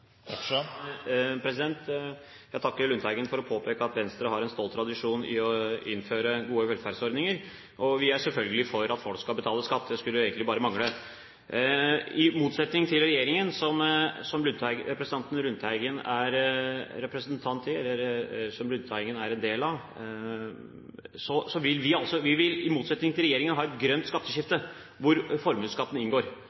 Jeg takker Lundteigen for å påpeke at Venstre har en stolt tradisjon med å innføre gode velferdsordninger. Vi er selvfølgelig for at folk skal betale skatt – det skulle jo egentlig bare mangle. I motsetning til regjeringen, som representanten Lundteigen representerer, vil vi ha et grønt skatteskifte, hvor formuesskatten inngår. Vi vil ha mer skatt på forbruk og miljøfiendtlig atferd og mindre skatt på sparing og eierskap og investering i